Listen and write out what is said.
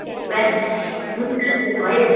advance हुन्छ त्यो भइहाल्छ